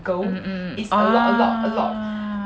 mmhmm ah